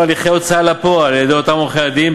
הליכי הוצאה לפועל על-ידי אותם עורכי-הדין,